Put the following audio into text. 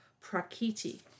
Prakiti